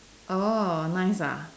orh nice ah